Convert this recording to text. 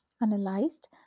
analyzed